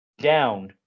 down